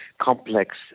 complex